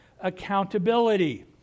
accountability